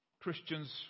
Christians